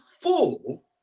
full